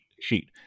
sheet